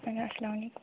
اسلام علیکُم